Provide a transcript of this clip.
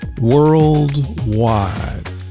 worldwide